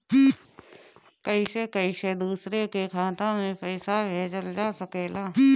कईसे कईसे दूसरे के खाता में पईसा भेजल जा सकेला?